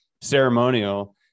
ceremonial